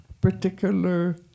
particular